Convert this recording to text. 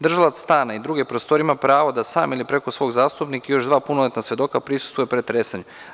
Držalac stana i druge prostorije ima pravo da sam ili preko svog zastupnika još dva punoletna svedoka prisustvuje pretresanju.